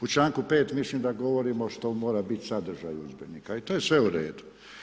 U članku 5 mislim da govorimo što mora bit sadržaj udžbenika i to je sve u redu.